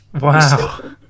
Wow